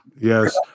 Yes